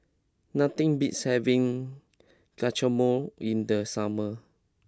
nothing beats having Guacamole in the summer